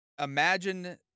imagine